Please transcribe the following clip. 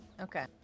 Okay